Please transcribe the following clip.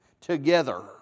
together